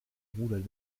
bruder